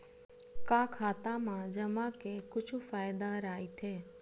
का खाता मा जमा के कुछु फ़ायदा राइथे?